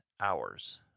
hours